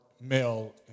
male